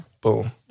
Boom